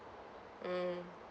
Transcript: mm